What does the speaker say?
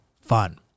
fun